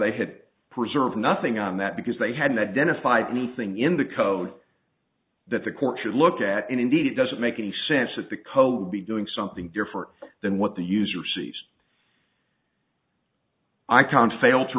they had preserved nothing on that because they hadn't identified anything in the code that the court should look at and indeed it doesn't make any sense that the code would be doing something different than what the user sees i can fail to